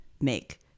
make